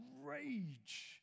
rage